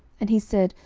and he said,